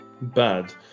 bad